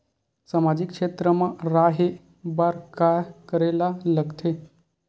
सामाजिक क्षेत्र मा रा हे बार का करे ला लग थे